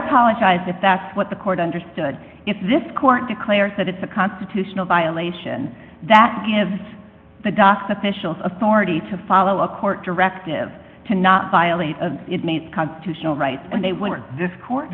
apologize if that's what the court understood if this court declares that it's a constitutional violation that gives the docs officials authority to follow a court directive to not violate it made constitutional right and they were this court